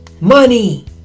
money